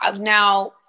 now